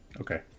okay